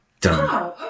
Done